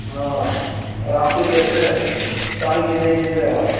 ହଁ ରାମ୍ପିଦେବେ ଟାଣିକି ନେଇଯିବେ ଆଉ